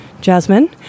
jasmine